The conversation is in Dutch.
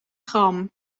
gram